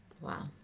Wow